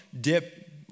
dip